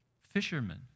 fishermen